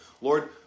Lord